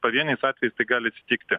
pavieniais atvejais tai gali atsitikti